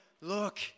look